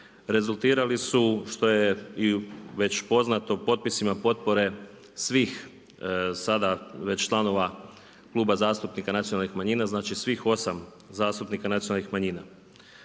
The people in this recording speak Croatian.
rezultirali su što je i već poznato potpisima potpore svih sada već članova Kluba zastupnika nacionalnih manjina, znači svih 8 zastupnika Nacionalnih manjina.